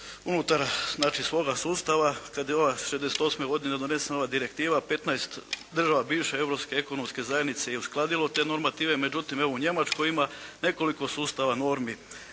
znači svoga sustava kad je ova 1968. godine donesena ova direktiva. 15 država bivše Europske ekonomske zajednice je uskladilo te normative. Međutim evo u Njemačkoj ima nekoliko sustava normi.